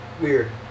Weird